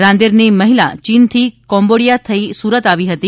રાંદેરની મહિલા ચીનથી કોમ્બોડિયા થઇ સુરત આવી હતી